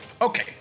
Okay